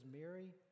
Mary